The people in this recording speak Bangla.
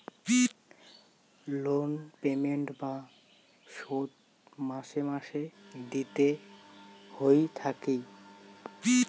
লোন পেমেন্ট বা শোধ মাসে মাসে দিতে হই থাকি